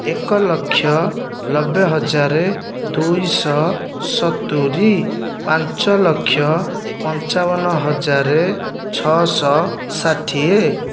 ଏକଲକ୍ଷ ନବେହଜାର ଦୁଇଶହ ସତୁରି ପାଞ୍ଚଲକ୍ଷ ପଞ୍ଚାବନହଜାର ଛଅଶହ ଷାଠିଏ